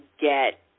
get